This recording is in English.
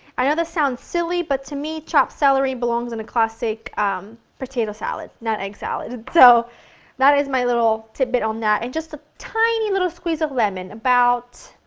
i know this sounds silly but to me chopped celery belongs in a classic potato salad, not egg salad so that is my little bit on that and just a tiny little squeeze of lemon, about